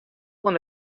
oan